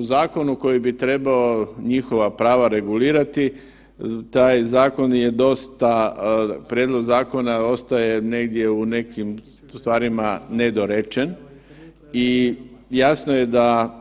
U zakonu koji bi trebao njihova prava regulirati, taj zakon je dosta, prijedlog zakona ostaje negdje u nekim stvarima nedorečen i jasno je da